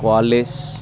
Qualis